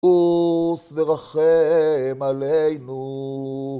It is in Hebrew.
חוס ורחם עלינו.